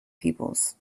pupils